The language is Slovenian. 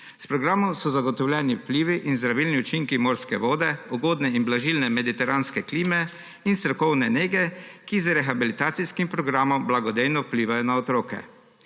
S programom so zagotovljeni vplivi in zdravilni učinki morske vode, ugodne in blažilne mediteranske klime in strokovne nege, ki z rehabilitacijskim programom blagodejno vplivajo na otroke.